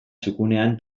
txukunean